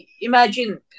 imagine